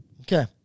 Okay